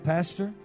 Pastor